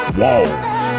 walls